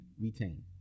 Retain